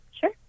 sure